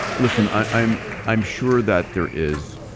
listen, i'm i'm sure that there is,